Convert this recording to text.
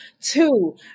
Two